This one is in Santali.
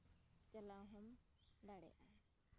ᱪᱟᱞᱟᱣ ᱦᱚᱸᱢ ᱫᱟᱲᱮᱭᱟᱜᱼᱟ